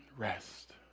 rest